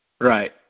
Right